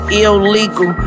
illegal